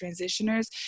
transitioners